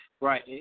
Right